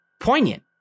poignant